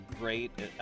great